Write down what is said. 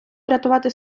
врятувати